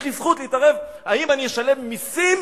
יש לי זכות להתערב אם אני אשלם מסים